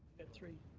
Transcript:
and three.